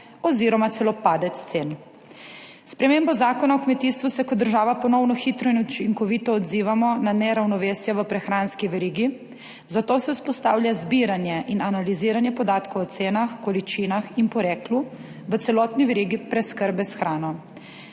(nadaljevanje) S spremembo Zakona o kmetijstvu se kot država ponovno hitro in učinkovito odzivamo na neravnovesje v prehranski verigi, zato se vzpostavlja zbiranje in analiziranje podatkov o cenah, količinah in poreklu v celotni verigi preskrbe s hrano.